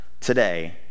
today